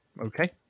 Okay